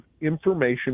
information